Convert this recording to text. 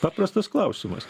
paprastas klausimas